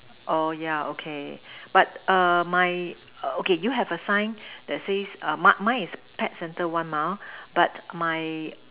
oh yeah okay but err mine okay you have a sign that says mine mine is pet center one mile but my